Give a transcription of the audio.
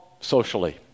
socially